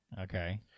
Okay